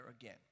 again